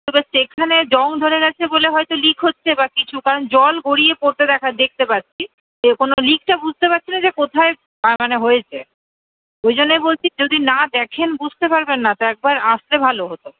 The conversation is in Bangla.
এবার সেখানে জং ধরে গেছে বলে হয়ত লিক হচ্ছে বা কিছু কারণ জল গড়িয়ে পড়তে দেখা দেখতে পাচ্ছি কোন লিকটা বুঝতে পারছিনা যে কোথায় মানে হয়েছে ওই জন্যই বলছি যে যদি না দেখেন বুঝতে পারবেন না তো একবার আসলে ভালো হত